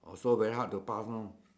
also very hard to pass you know